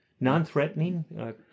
Non-threatening